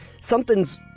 something's